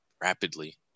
rapidly